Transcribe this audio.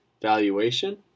valuation